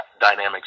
dynamics